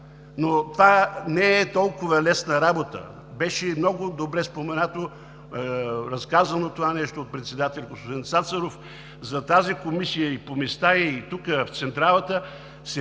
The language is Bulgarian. но това не е толкова лесна работа. Беше много добре споменато, разказано това нещо от председателя господин Цацаров. За тази комисия и по места, и тук, в централата, се